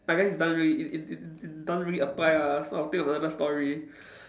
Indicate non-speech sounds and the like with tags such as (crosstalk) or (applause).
I guess it doesn't really it it it it doesn't really apply lah so I'll think of another story (breath)